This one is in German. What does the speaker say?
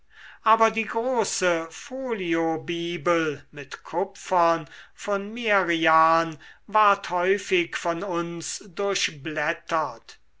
aber die große foliobibel mit kupfern von merian ward häufig von uns durchblättert